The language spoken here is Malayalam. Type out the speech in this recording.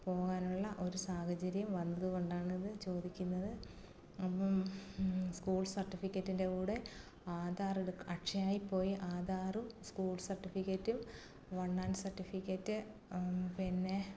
പോകാനുള്ള ഒരു സാഹചര്യം വന്നതുകൊണ്ടാണിത് ചോദിക്കുന്നത് അപ്പം സ്കൂൾ സർട്ടിഫിക്കറ്റിൻ്റെ കൂടെ ആധാർ എടുക്കുക അക്ഷയയിൽ പോയി ആധാറും സ്കൂൾ സർട്ടിഫിക്കറ്റും വൺ ആൻ സർട്ടിഫിക്കറ്റ് പിന്നെ